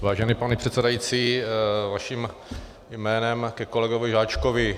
Vážený pane předsedající, vaším jménem ke kolegovi Žáčkovi.